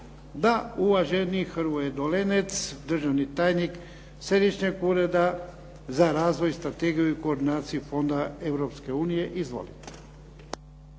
Da. Uvaženi Hrvoje Dolenec, državni tajnik Središnjeg ureda za razvoj, strategiju i koordinaciju fonda Europske